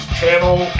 Channel